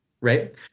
right